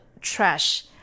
trash